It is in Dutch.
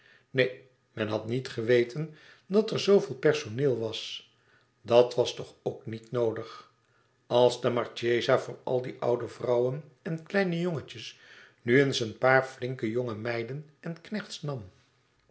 neen men had niet geweten dat er zooveel personeel was dat was toch ook niet noodig als de marchesa voor al die oude vrouwen en kleine jongetjes nu eens een paar flinke jonge meiden en